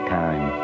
time